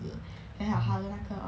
mm